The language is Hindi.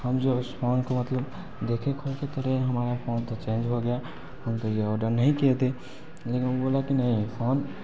हम जो है उस फ़ौन को मतलब देखे खोलके तो रे हमारा फ़ौन तो चेंज हो गया हम तो ये ऑर्डर नहीं किए थे लेकिन वो बोला कि नहीं फ़ौन